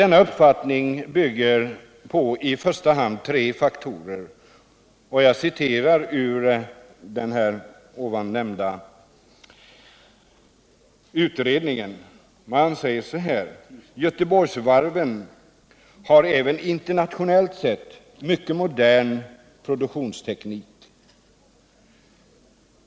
Denna uppfattning bygger enligt den utredning jag nyss talade om på i första hand tre faktorer: Göteborgsvarven har även internationellt sett mycket modern produktionsteknik.